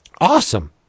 Awesome